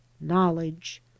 knowledge